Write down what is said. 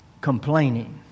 complaining